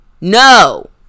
no